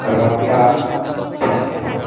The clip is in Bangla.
রঙটা ঠিক